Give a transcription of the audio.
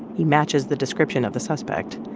he matches the description of the suspect.